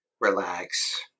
Relax